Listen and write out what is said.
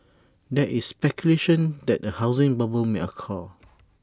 there is speculation that A housing bubble may occur